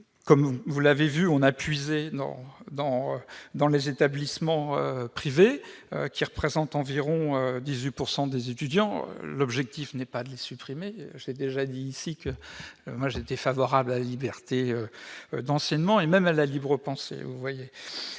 puisé dans les crédits dédiés aux établissements privés, qui représentent environ 18 % des étudiants. L'objectif n'est pas de les supprimer- j'ai déjà dit ici que j'étais favorable à la liberté d'enseignement, et même à la libre-pensée ! Toutefois,